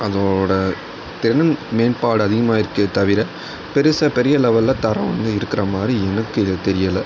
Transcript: அதோடய திறன் மேம்பாடு அதிகமாயிருக்கே தவிர பெரிசா பெரிய லெவலில் தரம் வந்து இருக்கிறமாதிரி எனக்கு இது தெரியலை